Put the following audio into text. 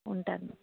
ఉంటాను